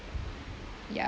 ya